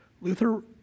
Luther